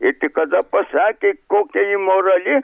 i tik kada pasakė kokia ji morali